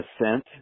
ascent